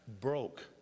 broke